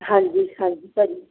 ਹਾਂਜੀ ਹਾਂਜੀ ਭਾਅ ਜੀ